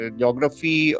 geography